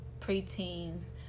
preteens